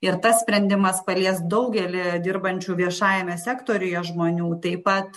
ir tas sprendimas palies daugelį dirbančių viešajame sektoriuje žmonių taip pat